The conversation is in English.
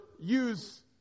use